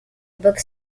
book